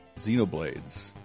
Xenoblades